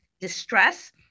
distress